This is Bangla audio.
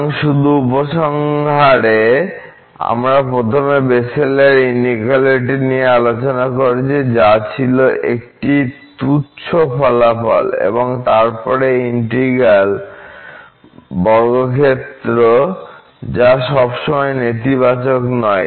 এবং শুধু উপসংহারে আমরা প্রথমে বেসেলের ইনউকুয়ালিটি নিয়ে আলোচনা করেছি যা ছিল একটি তুচ্ছ ফলাফল এবং তারপরে ইন্টিগ্র্যাল বর্গক্ষেত্র যা সবসময় নেতিবাচক নয়